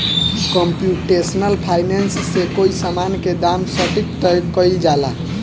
computational finance से कोई समान के दाम के सटीक तय कईल जाला